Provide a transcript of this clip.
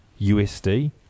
USD